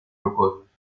rocosos